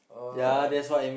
oh